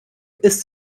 ist